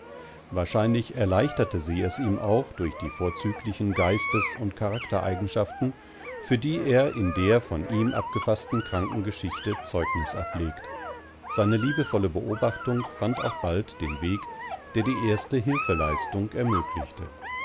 wahrscheinlich erleichterte sie es ihm auch durch die vorzüglichen geistes und charaktereigenschaften für die er in der von ihm abgefaßten krankengeschichte zeugnis ablegt seine liebevolle beobachtung fand auch bald den weg der die erste hilfeleistung ermöglichte